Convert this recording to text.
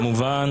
מאוקראינה.